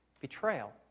betrayal